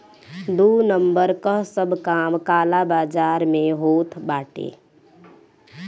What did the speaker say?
दू नंबर कअ सब काम काला बाजार में होत बाटे